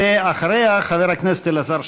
ואחריה, חבר הכנסת אלעזר שטרן.